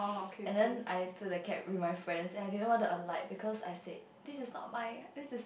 and then I took the cab with my friends and I didn't want to alight because I said this is not my this is